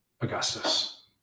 Augustus